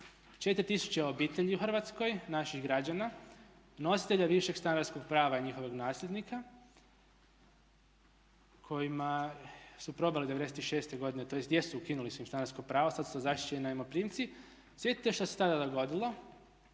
4000 obitelji u Hrvatskoj naših građana nositelja višeg stanarskog prava njihovog nasljednika kojima su prodali '96. godine, tj. jesu ukinuli su im stanarsko pravo, sad su to zaštićeni najmoprimci. Sjetite se što se tada dogodilo.